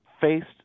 faced